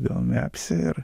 gal mepse ir